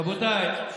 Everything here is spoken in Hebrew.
רבותיי,